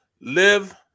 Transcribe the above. Live